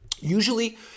Usually